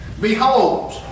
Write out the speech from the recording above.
behold